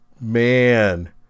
man